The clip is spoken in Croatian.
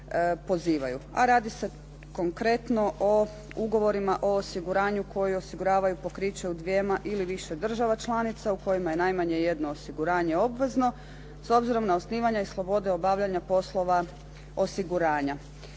A radi se konkretno o ugovorima o osiguranju koji osiguravaju pokriće u dvjema ili više država članica u kojima je najmanje jedno osiguranje obvezno. S obzirom na osnivanja i slobode obavljanja poslova osiguranja.